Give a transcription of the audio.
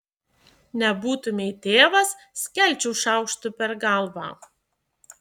nebūtumei tėvas skelčiau šaukštu per galvą